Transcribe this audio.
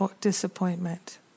disappointment